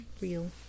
real